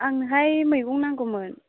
आंनोहाय मैगं नांगौमोन